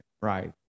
right